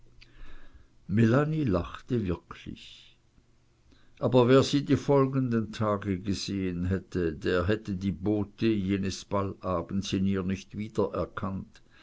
lachte wirklich aber wer sie die folgenden tage gesehen hätte der hätte die beaut jenes ballabends in ihr nicht wieder